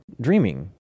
dreaming